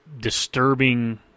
disturbing